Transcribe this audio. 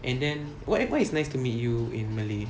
and then what is nice to meet you in malay